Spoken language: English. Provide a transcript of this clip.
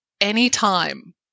anytime